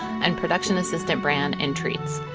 and production assistant bran in treats.